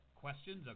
Questions